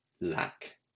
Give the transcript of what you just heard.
lack